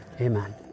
amen